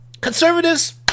conservatives